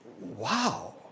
Wow